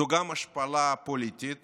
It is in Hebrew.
זאת גם השפלה פוליטית